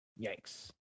Yikes